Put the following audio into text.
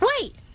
Wait